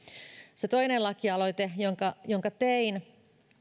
se toinen lakialoite jonka jonka tein